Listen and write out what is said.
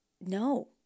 no